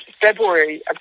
February